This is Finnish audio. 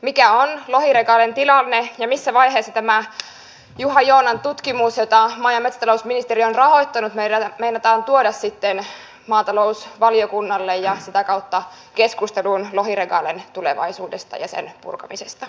mikä on lohiregalen tilanne ja missä vaiheessa tämä juha joonan tutkimus jota maa ja metsätalousministeriö on rahoittanut meinataan tuoda sitten maatalousvaliokunnalle ja sitä kautta keskusteluun lohiregalen tulevaisuudesta ja sen purkamisesta